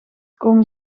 komen